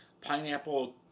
pineapple